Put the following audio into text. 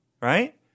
right